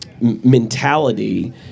mentality